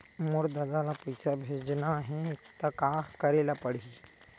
मोर ददा ल पईसा भेजना हे त का करे ल पड़हि?